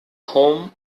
home